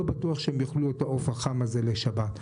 לא בטוח שהם יאכלו את העוף החם הזה לשבת.